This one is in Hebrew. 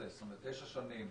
29 שנים,